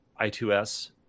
I2S